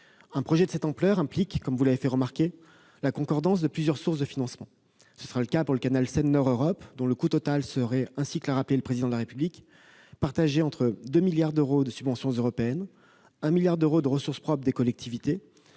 Un projet de cette ampleur implique, comme vous l'avez fait remarquer, la concordance de plusieurs sources de financement. Ce sera le cas pour le canal Seine-Nord Europe, dont le coût total serait, ainsi que l'a rappelé le Président de la République, réparti entre 2 milliards d'euros de subventions européennes, 1 milliard d'euros de ressources propres des collectivités,